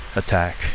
attack